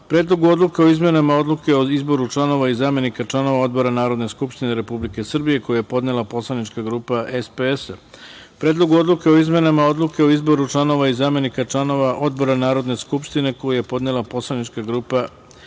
Predlogu odluke o izmenama Odluke o izboru članova i zamenika članova odbora Narodne skupštine Republike Srbije, koji je podnela poslanička grupa SPS; Predlogu odluke o izmenama Odluke o izboru članova i zamenika članova odbora Narodne skupštine, koji je podnela poslanička grupa SPS;